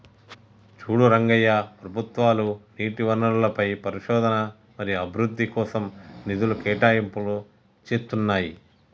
చూడు రంగయ్య ప్రభుత్వాలు నీటి వనరులపై పరిశోధన మరియు అభివృద్ధి కోసం నిధులు కేటాయింపులు చేతున్నాయి